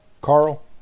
Carl